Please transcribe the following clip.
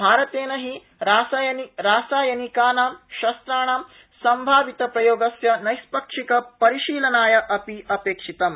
भारतेन हि रासायनिकानां शस्त्राणां सम्भावितप्रयोगस्य नैष्पक्षिक परिशीलनम अपि अपेक्षितम